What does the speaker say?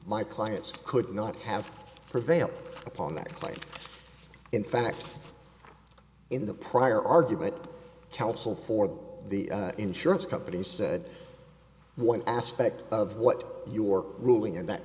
my clients could not have prevailed upon that site in fact in the prior argument counsel for the insurance company said one aspect of what you were ruling in that